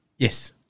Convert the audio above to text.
Yes